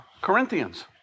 Corinthians